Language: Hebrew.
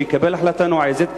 שיקבל החלטה נועזת,